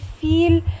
feel